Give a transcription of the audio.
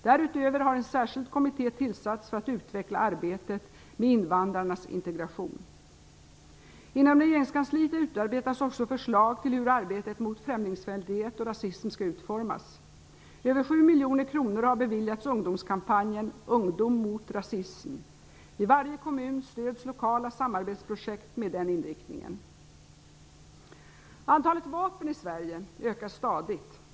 Därutöver har en särskild kommitté tillsatts för att utveckla arbetet med invandrarnas integration. Inom regeringskansliet utarbetas också förslag till hur arbetet mot främlingsfientlighet och rasism skall utformas. Över 7 miljoner kronor har beviljats ungdomskampanjen "Ungdom mot rasism". I varje kommun stöds lokala samarbetsprojekt med denna inriktning. Antalet vapen i Sverige ökar stadigt.